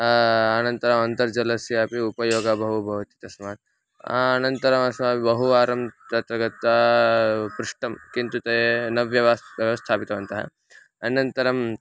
अनन्तरम् अन्तर्जलस्यापि उपयोगः बहु भवति तस्मात् अनन्तरम् अस्माभिः बहुवारं तत्र गत्वा पृष्टं किन्तु ते न व्यवस्था व्यवस्थापितवन्तः अनन्तरं